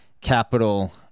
capital